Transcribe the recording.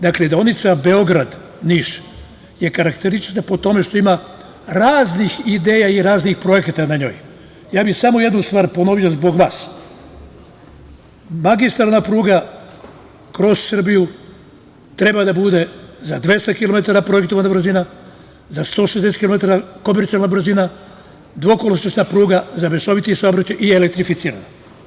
Dakle, deonica Beograd – Niš, je karakteristična po tome što ima raznih ideja i projekata na njoj, i ja bih samo jednu stvar ponovio zbog vas, magistralna pruga kroz Srbiju, treba da bude za 200km projektovana brzina, za 160 kilometara komercijalna brzina i dvokolosečna pruga za mešoviti saobraćaj i elektrificirana.